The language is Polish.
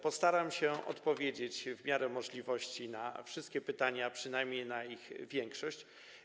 Postaram się odpowiedzieć w miarę możliwości na wszystkie pytania, a przynajmniej na ich większość.